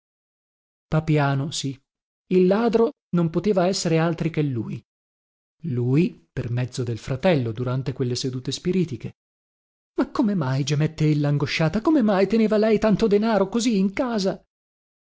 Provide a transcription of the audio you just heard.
papiano sì il ladro non poteva esser altri che lui lui per mezzo del fratello durante quelle sedute spiritiche ma come mai gemette ella angosciata come mai teneva lei tanto denaro così in casa